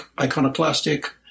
iconoclastic